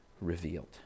revealed